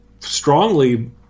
strongly